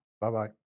Bye-bye